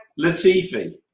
Latifi